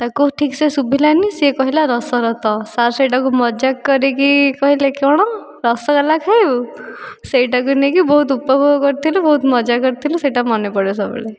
ତାକୁ ଠିକସେ ଶୁଭିଲାନି ସେ କହିଲା ରସରଥ ସାର୍ ସେଇଟାକୁ ମଜାକ କରିକି କହିଲେ କଣ ରସଗୋଲା ଖାଇବୁ ସେଇଟାକୁ ନେଇକି ବହୁତ ଉପଭୋଗ କରିଥିଲୁ ବହୁତ ମଜା କରିଥିଲୁ ସେଇଟା ମାନେ ପଡ଼େ ସବୁବେଳେ